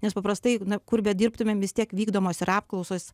nes paprastai na kur bedirbtumėm vis tiek vykdomos yra apklausos